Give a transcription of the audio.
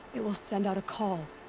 it will send out a call.